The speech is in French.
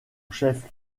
chef